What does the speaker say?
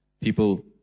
people